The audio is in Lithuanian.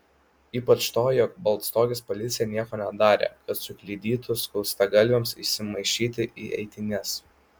ypač tuo jog baltstogės policija nieko nedarė kad sukliudytų skustagalviams įsimaišyti į eitynes